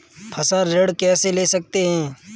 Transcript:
फसल ऋण कैसे ले सकते हैं?